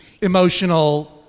emotional